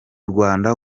rwanda